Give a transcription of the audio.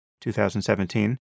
2017